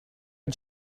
did